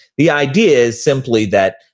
the idea is simply that,